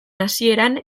hasieran